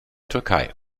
türkei